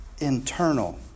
internal